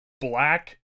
black